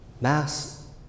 Mass